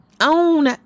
own